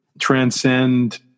transcend